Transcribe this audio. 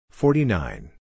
forty-nine